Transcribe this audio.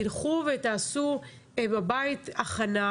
תלכו ותעשו בבית הכנה,